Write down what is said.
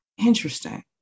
Interesting